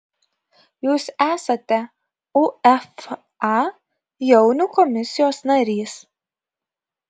jūs esate uefa jaunių komisijos narys